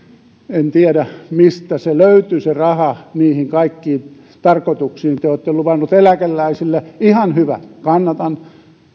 en tiedä mistä se raha löytyy niihin kaikkiin tarkoituksiin te te olette luvanneet eläkeläisille ihan hyvä kannatan te